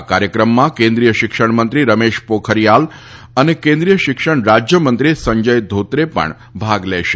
આ કાર્યક્રમમાં કેન્દ્રીય શિક્ષણ મંત્રી રમેશ પોખરીયલ અને કેન્દ્રીય શિક્ષણ રાજ્યમંત્રી સંજય ધોત્રે પણ ભાગ લેશે